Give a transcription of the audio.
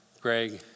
Greg